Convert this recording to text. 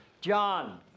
John